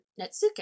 netsuke